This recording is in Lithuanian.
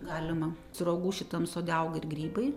galima sruogų šitam sode auga ir grybai